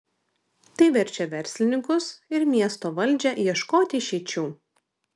tai verčia verslininkus ir miesto valdžią ieškoti išeičių